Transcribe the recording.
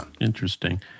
Interesting